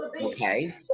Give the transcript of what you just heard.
okay